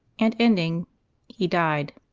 and ending he died.